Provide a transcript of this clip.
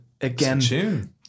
again